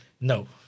No